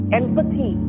empathy